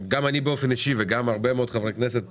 באופן אישי וגם הרבה מאוד מחברי הכנסת,